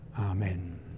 amen